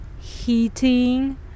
heating